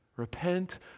Repent